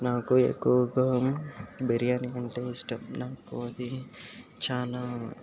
నాకు ఎక్కువగా బిర్యాని అంటే ఇష్టం నాకు అది చాలా